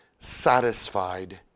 satisfied